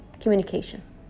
communication